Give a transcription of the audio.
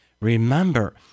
Remember